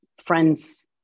friends